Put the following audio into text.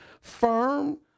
firm